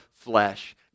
flesh